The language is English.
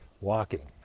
walking